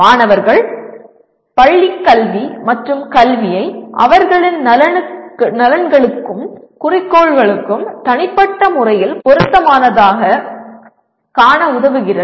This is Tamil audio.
மாணவர்கள் பள்ளிக்கல்வி மற்றும் கல்வியை அவர்களின் நலன்களுக்கும் குறிக்கோள்களுக்கும் தனிப்பட்ட முறையில் பொருத்தமானதாகக் காண உதவுகிறது